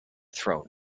thrown